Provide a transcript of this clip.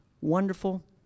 wonderful